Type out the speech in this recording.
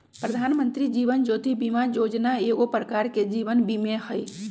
प्रधानमंत्री जीवन ज्योति बीमा जोजना एगो प्रकार के जीवन बीमें हइ